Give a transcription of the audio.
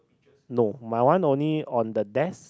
no my one only on the desk